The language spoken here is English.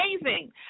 amazing